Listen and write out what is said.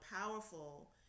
powerful